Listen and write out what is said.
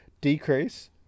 decrease